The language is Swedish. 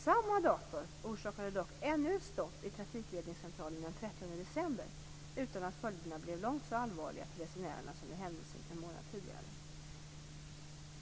Samma dator orsakade dock ännu ett stopp i trafikledningscentralen den 30 december utan att följderna blev alls så allvarliga för resenärerna som vid händelsen en månad tidigare.